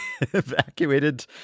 evacuated